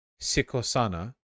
Sikosana